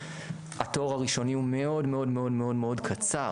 התור הראשוני הוא מאוד מאוד מאוד קצר,